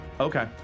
Okay